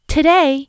Today